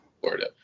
Florida